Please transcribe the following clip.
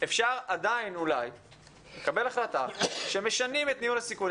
אולי עדיין אפשר לקבל החלטה שמשנים את ניהול הסיכונים